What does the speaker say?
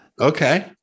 Okay